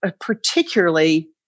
particularly